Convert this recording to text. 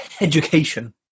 education